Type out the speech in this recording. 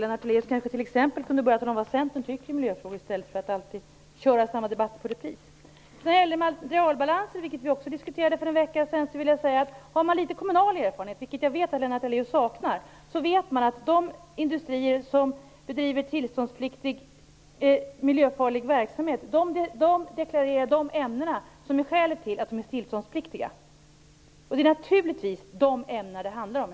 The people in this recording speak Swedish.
Lennart Daléus kunde t.ex. börja med att tala om vad Centern tycker i miljöfrågor i stället alltid köra samma debatt i repris. Materialbalansen diskuterade vi också för en vecka sedan. Har man litet kommunal erfarenhet, vilket jag vet att Lennart Daléus saknar, vet man att de industrier som bedriver tillståndspliktig miljöfarlig verksamhet deklarerar de ämnen som är skälet till att industrierna är skyldiga att söka tillstånd. Det är naturligtvis de ämnena det handlar om.